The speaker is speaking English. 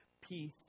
Peace